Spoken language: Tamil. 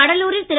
கடலூரில் திரு